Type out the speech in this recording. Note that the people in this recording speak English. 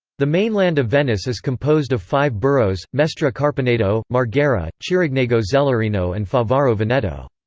the mainland of venice is composed of five boroughs mestre-carpenedo, marghera, chirignago-zelarino and favaro veneto.